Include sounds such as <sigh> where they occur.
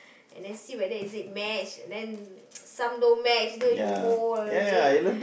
and then see whether is it match and then <noise> some don't match you know you hold eh